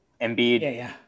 Embiid